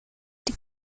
die